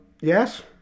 Yes